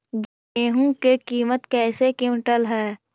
गेहू के किमत कैसे क्विंटल है?